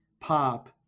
pop